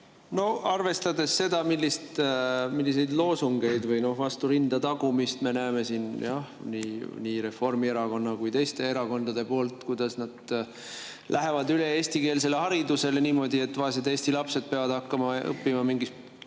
Aitäh! No milliseid loosungeid või vastu rinda tagumist me näeme siin nii Reformierakonna kui ka teiste erakondade poolt, kuidas nad lähevad üle eestikeelsele haridusele niimoodi, et vaesed eesti lapsed peavad hakkama õppima mingis